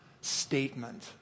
statement